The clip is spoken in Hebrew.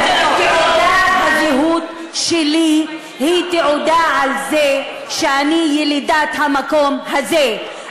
תעודת הזהות שלי היא תעודה על זה שאני ילידת המקום הזה.